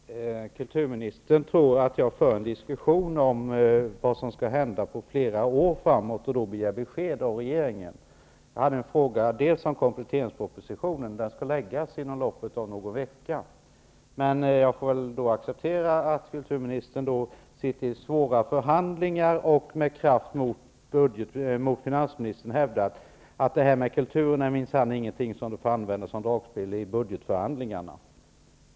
Herr talman! Kulturministern tror att jag för en diskussion om vad som skall hända flera år framöver och begär besked av regeringen om det. Jag ställde en fråga om kompletteringspropositionen, som skall läggas fram inom loppet av någon vecka. Jag får väl acceptera att kulturministern sitter i svåra förhandlingar och med kraft mot finansministern hävdar att kulturen minsann inte får användas som dragspel i budgetförhandlingarna.